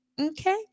Okay